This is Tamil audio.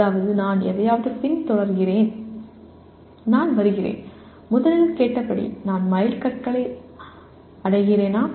அதாவது நான் எதையாவது பின்தொடர்கிறேன் நான் வருகிறேன் முதலில் கேட்டபடி நான் மைல்கற்களை அடைகிறேனா